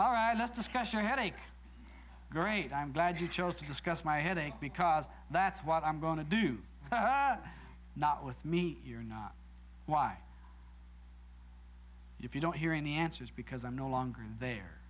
all right let's discuss your headache great i'm glad you chose to discuss my headache because that's what i'm going to do not with me you're not why you don't hear any answers because i'm no longer there